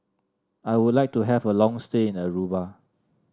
I would like to have a long stay in Aruba